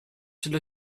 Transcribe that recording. should